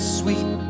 sweet